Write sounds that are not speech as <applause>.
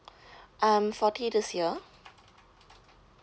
<breath> I'm forty this year <noise>